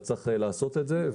אז צריך לעשות את זה.